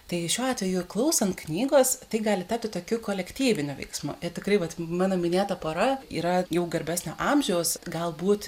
tai šiuo atveju klausant knygos tai gali tapti tokiu kolektyviniu veiksmu i tikrai vat mano minėta pora yra jau garbesnio amžiaus galbūt